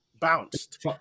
bounced